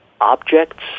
objects